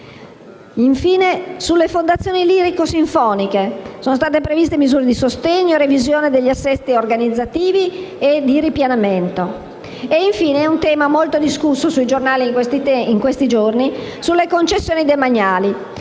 Sulle fondazioni lirico-sinfoniche sono state previste misure di sostegno e revisione degli assetti organizzativi e di ripianamento. Infine, un tema molto discusso sui giornali in questi giorni che viene affrontato